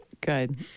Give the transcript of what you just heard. Good